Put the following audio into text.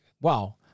wow